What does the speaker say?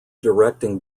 directing